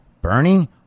Bernie